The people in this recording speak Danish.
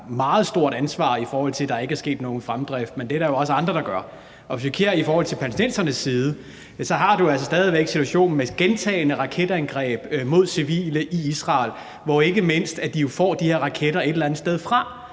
meget stort ansvar, i forhold til at der ikke er sket nogen fremdrift, men det er der jo også andre der gør. Og hvis vi kigger på det i forhold til palæstinensernes side, har vi jo altså stadig væk situationen med gentagne raketangreb mod civile i Israel, og ikke mindst at de får de her raketter et eller andet sted fra.